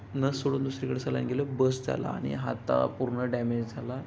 नस सोडून दुसरीकडे सलाईन गेलो बस झाला आणि हात पूर्ण डॅमेज झाला